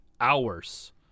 hours